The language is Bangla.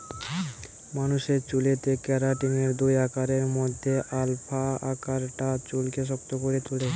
মানুষের চুলেতে কেরাটিনের দুই আকারের মধ্যে আলফা আকারটা চুলকে শক্ত করে তুলে